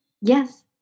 yes